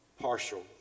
partial